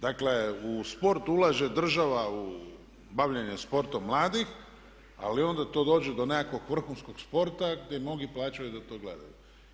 Dakle, u sport ulaže država u bavljenje sportom mladih, ali onda to dođe do nekakvog vrhunskog sporta gdje mnogi plaćaju da to gledaju.